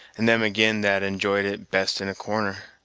and them again that enjoyed it best in a corner.